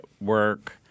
work